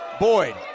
Boyd